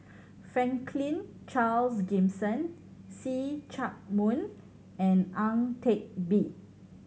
Franklin Charles Gimson See Chak Mun and Ang Teck Bee